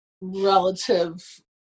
relative